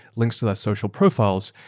links to their social profiles,